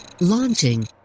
Launching